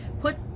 put